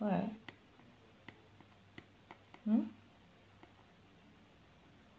why mm